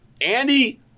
Andy